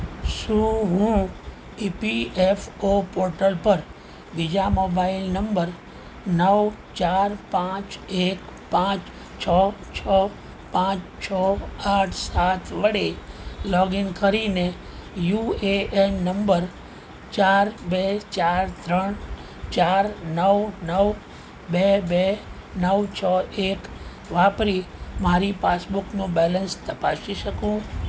શું હું EPFO portal પર બીજા મોબાઈલ નંબર નવ ચાર પાંચ એક પાંચ છો છો પાંચ છો આઠ સાત વડે લોગિન કરીને યુએએન નંબર ચાર બે ચાર ત્રણ ચાર નવ નવ બે બે નવ છ એક વાપરી મારી પાસબુકનું બેલેન્સ તપાસી શકું